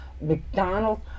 McDonald's